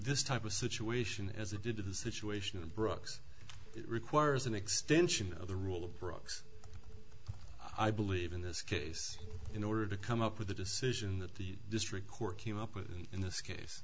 this type of situation as it did in the situation of the bronx requires an extension of the rule of bronx i believe in this case in order to come up with a decision that the district court came up with in this case